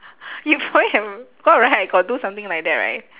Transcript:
you probably have got right I got do something like that right